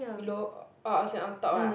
below (oh uh) sorry as in on top ah